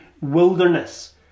wilderness